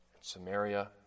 Samaria